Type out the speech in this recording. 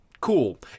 cool